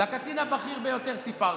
לקצין הבכיר ביותר סיפרתי.